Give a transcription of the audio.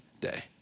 day